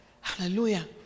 hallelujah